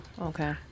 okay